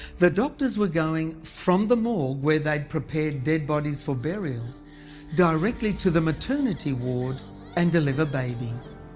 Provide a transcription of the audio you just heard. the doctors were going from the morgue where they'd prepared dead bodies for burial directly to the maternity ward and deliver babies.